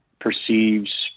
perceives